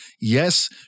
yes